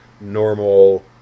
normal